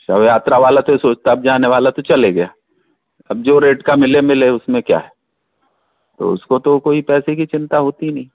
शव यात्रा वाला तो ये सोचता है अब जाना था तो चला गया अब जो रेट का मिले मिले उसमें क्या है तो उसको तो कोई पैसे की चिंता होती नहीं